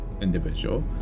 individual